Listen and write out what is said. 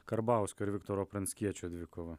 karbauskio ir viktoro pranckiečio dvikova